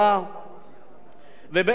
ובעצם היא באה,